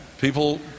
people